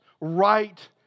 right